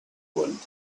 one